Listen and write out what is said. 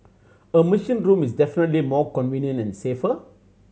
a machine room is definitely more convenient and safer